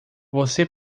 você